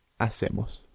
hacemos